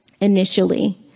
initially